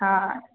હા